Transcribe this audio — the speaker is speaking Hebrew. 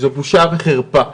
זו בושה וחרפה.